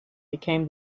became